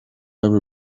every